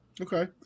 Okay